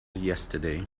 yesterday